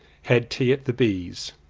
had tea at the b s.